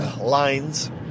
lines